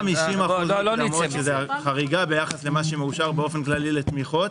לא חמישים אחוזים שזאת חריגה ביחס למה שמאושר באופן כללי לתמיכות.